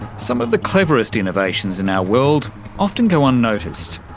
some of the cleverest innovations in our world often go unnoticed.